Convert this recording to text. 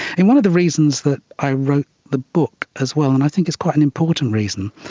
and one of the reasons that i wrote the book as well, and i think it's quite an important reason,